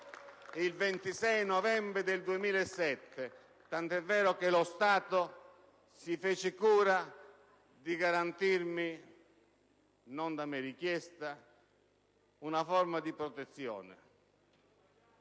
il 26 novembre 2007, tanto è vero che lo Stato si fece cura di garantirmi - non da me richiesta - una forma di protezione.